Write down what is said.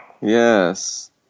Yes